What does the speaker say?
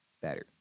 better